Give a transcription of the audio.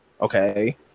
Okay